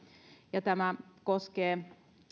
tämä koskee